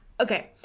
Okay